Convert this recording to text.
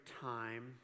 Time